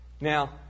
Now